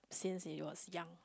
since he was young